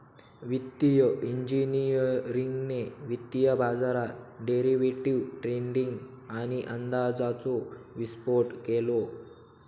वित्तिय इंजिनियरिंगने वित्तीय बाजारात डेरिवेटीव ट्रेडींग आणि अंदाजाचो विस्फोट केलो